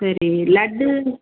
சரி லட்டு